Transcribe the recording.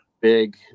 big